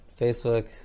Facebook